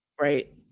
right